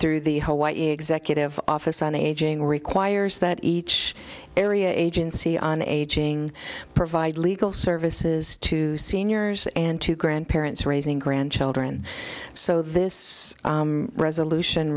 through the whole white executive office on aging requires that each area agency on aging provide legal services to seniors and to grandparents raising grandchildren so this resolution